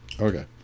Okay